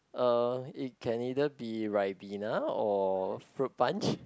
uh it can either be Ribena or fruit punch